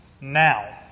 now